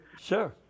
Sure